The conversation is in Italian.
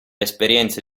esperienze